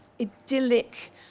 idyllic